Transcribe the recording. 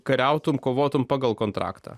kariautumei kovotumei pagal kontraktą